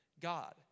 God